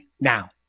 now